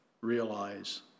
realize